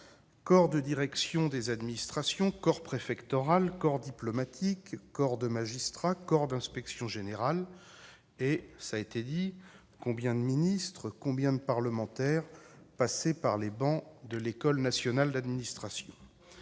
Corps de direction des administrations, corps préfectoral, corps diplomatique, corps des magistrats, corps d'inspection générale ... et combien de ministres et de parlementaires : tous sont passés sur les bancs de l'École nationale d'administration.